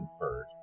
inferred